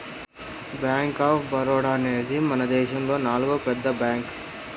bank of Baroda అనేది మనదేశములో నాల్గో పెద్ద బ్యాంక్